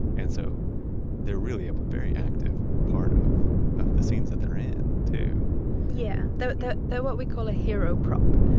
and so they're really up very active part of of the scenes that they're in, too yeah, so they're what we call a hero prop.